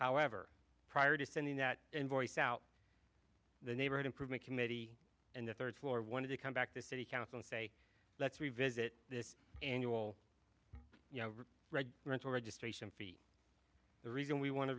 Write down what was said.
however prior to sending that invoice out the neighborhood improvement committee and the third floor wanted to come back to city council and say let's revisit this annual red rental registration fee the reason we want to